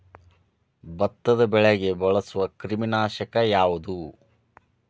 ಭತ್ತದ ಬೆಳೆಗೆ ಬಳಸುವ ಕ್ರಿಮಿ ನಾಶಕ ಯಾವುದು?